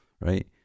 right